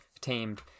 tamed